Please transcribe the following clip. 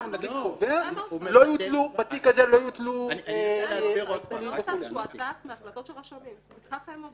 קובע למשל שבתיק הזה לא יוטלו עיקולים וכו'.